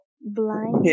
blind